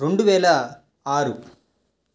రెండు వేల ఆరు